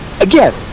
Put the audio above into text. again